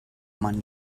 money